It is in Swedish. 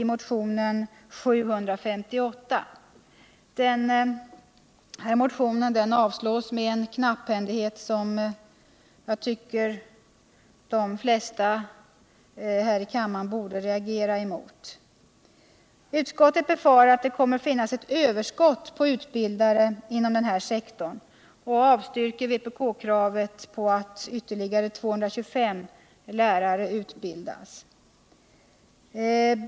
Motionen avstyrks med en knapphändighet som jag tycker att de flesta kammarledamöter borde reagera mot. Utskottet befarar att det kommer att finnas ett överskott på utbildare inom denna sektor och avstyrker vpk-kravet på alt ytterligare 225 lärare utbildas.